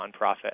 nonprofit